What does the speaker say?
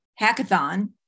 hackathon